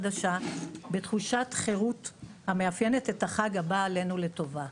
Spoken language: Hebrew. החדשה בתחושת חירות המאפיינת את החג הבא עלינו לטובה.